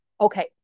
Okay